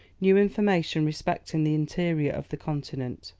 new information respecting the interior of the continent.